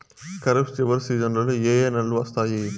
ఖరీఫ్ చివరి సీజన్లలో ఏ ఏ నెలలు వస్తాయి